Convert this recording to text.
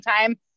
time